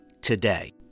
today